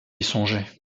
songer